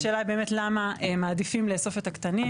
השאלה היא באמת למה מעדיפים לאסוף את הקטנים,